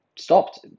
stopped